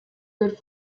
good